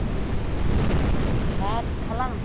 ভাত খালা